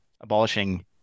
abolishing